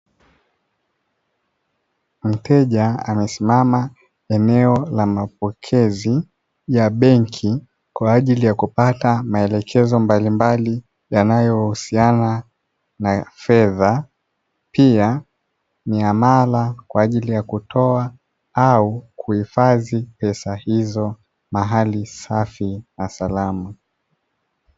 Mteja amesimama eneo la mapokezi ya benki, kwa ajili ya kupata maelekezo mbalimbali yanayohusiana na fedha, pia miamala kwa ajili ya kutoa au kuhifadhi pesa hizo mahali safi na salama.